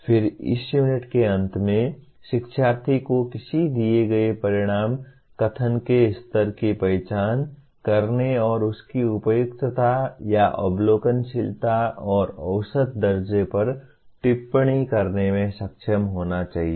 फिर इस यूनिट के अंत में शिक्षार्थी को किसी दिए गए परिणाम कथन के स्तर की पहचान करने और उसकी उपयुक्तता या अवलोकनशीलता और औसत दर्जे पर टिप्पणी करने में सक्षम होना चाहिए